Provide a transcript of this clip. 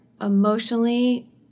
emotionally